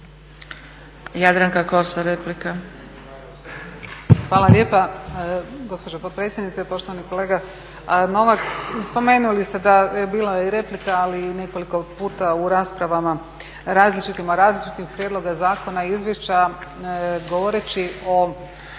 Jadranka Kosor, replika.